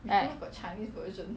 like